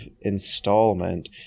installment